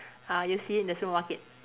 uh you'll see it in the supermarket